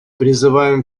призываем